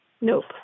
nope